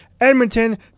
Edmonton